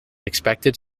expected